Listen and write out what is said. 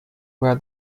where